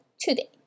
today